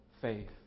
faith